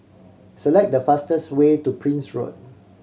select the fastest way to Prince Road